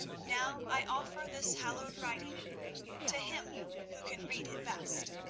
now i offer this hallowed writing to him who can read it best.